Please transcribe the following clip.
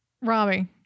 Robbie